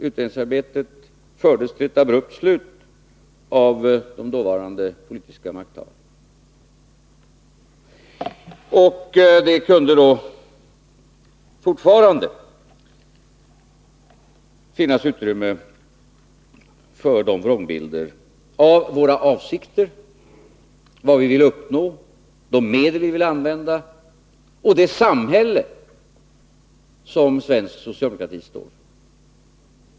Utredningsarbetet fördes till ett abrupt slut av de dåvarande politiska makthavarna. Det kunde då fortfarande finnas utrymme för vrångbilder av våra avsikter, av vad vi ville uppnå, av de medel vi ville använda och av det samhälle som svensk socialdemokrati står för.